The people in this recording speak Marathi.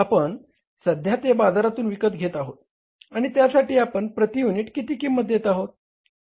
आपण सध्या ते बाजारातून विकत घेत आहोत आणि त्यासाठी आपण प्रति युनिट किती किंमत देत आहोत